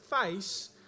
face